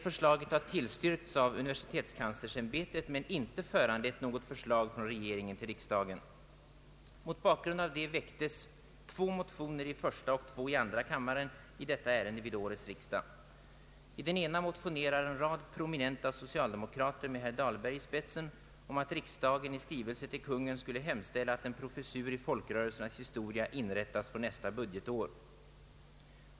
Äskandet har tillstyrkts av universitetskanslersämbetet men inte föranlett något förslag från regeringen och riksdagen. Mot den bakgrunden väcktes två motioner i första kammaren och två i andra i detta ärende vid årets riksdag. I den ena motionerar en rad prominenta socialdemokrater med herr Dahlberg i spetsen om att riksdagen i skrivelse till Kungl. Maj:t skulle hemställa att en professur i folkrörelsernas historia inrättas från nästa budgetår.